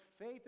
faith